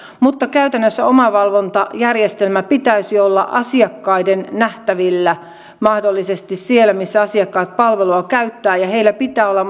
mutta käytännössä omavalvontajärjestelmän pitäisi olla asiakkaiden nähtävillä mahdollisesti siellä missä asiakkaat palvelua käyttävät ja heillä pitää olla